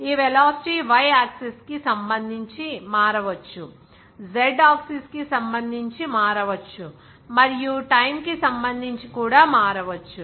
ఈ velocity y axis కి సంబంధించి మారవచ్చు z ఆక్సిస్ కి సంబంధించి మారవచ్చు మరియు టైమ్ కి సంబంధించి కూడా మారవచ్చు